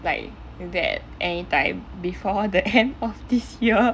like in that anytime before the end of this year